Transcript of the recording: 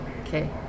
Okay